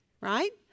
right